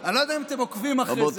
אני לא יודע אם אתם עוקבים אחרי זה,